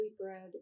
bread